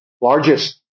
largest